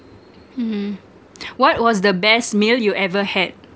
mm what was the best meal you ever had